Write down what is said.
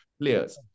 players